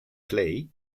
clay